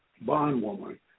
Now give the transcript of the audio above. bondwoman